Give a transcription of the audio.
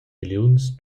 milliuns